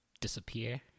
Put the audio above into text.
disappear